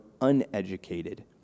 uneducated